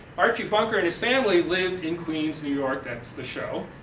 archie bunker and his family lived in queens new york, that's the show,